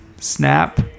Snap